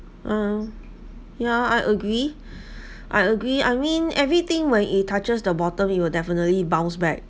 oh yeah I agree I agree I mean everything when it touches the bottom it will definitely bounce back